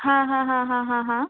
हा हा हा हा हा हा